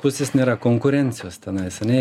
pusės nėra konkurencijos tenais ane